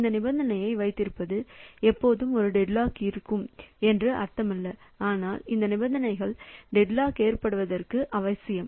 இந்த நிபந்தனையை வைத்திருப்பது எப்போதுமே ஒரு டெட்லாக் இருக்கும் என்று அர்த்தமல்ல ஆனால் இந்த நிபந்தனைகள் டெட்லாக் ஏற்படுவதற்கு அவசியம்